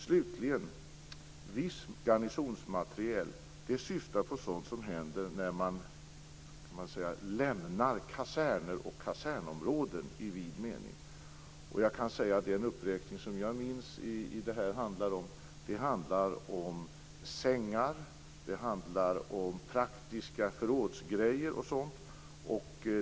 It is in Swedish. Slutligen vill jag säga att viss garnisonsmateriel syftar på sådant som händer när man lämnar kaserner och kasernområden i vid mening. Jag kan säga att den uppräkning som jag minns i detta sammanhang handlar om sängar, om praktiska förrådsgrejor och sådant.